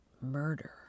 murder